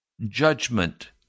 judgment